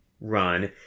run